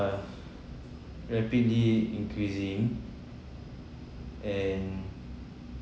rapidly increasing and